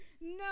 No